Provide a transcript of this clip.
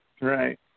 Right